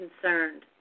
concerned